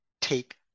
take